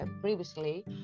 previously